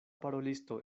parolisto